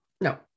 no